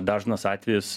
dažnas atvejis